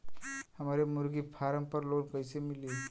हमरे मुर्गी फार्म पर लोन कइसे मिली?